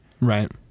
Right